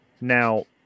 now